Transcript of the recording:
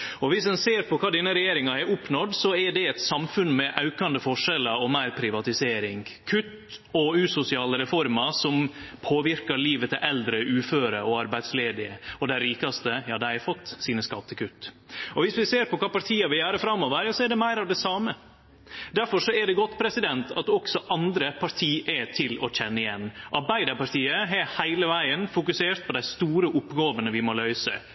Viss ein ser på kva denne regjeringa har oppnådd, er det eit samfunn med aukande forskjellar og meir privatisering, kutt og usosiale reformer som påverkar livet til eldre, uføre og arbeidslause – og dei rikaste har fått sine skattekutt. Viss vi ser på kva partia vil gjere framover, er det meir av det same. Difor er det godt at også andre parti er til å kjenne igjen. Arbeidarpartiet har heile vegen fokusert på dei store oppgåvene vi må løyse: